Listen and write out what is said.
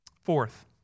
Fourth